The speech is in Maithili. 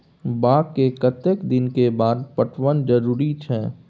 बाग के कतेक दिन के बाद पटवन जरूरी छै?